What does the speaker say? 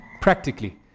practically